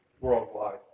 worldwide